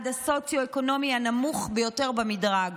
הסוציו-אקונומי בדרגה הנמוכה ביותר במדרג.